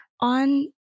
on